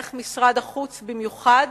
איך משרד החוץ במיוחד